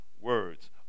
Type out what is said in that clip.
words